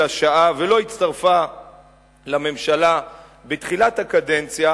השעה ולא הצטרפה לממשלה בתחילת הקדנציה,